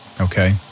Okay